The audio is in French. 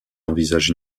envisage